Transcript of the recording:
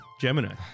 Gemini